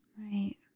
right